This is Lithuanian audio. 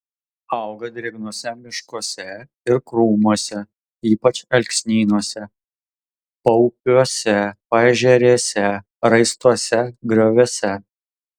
auga drėgnuose miškuose ir krūmuose ypač alksnynuose paupiuose paežerėse raistuose grioviuose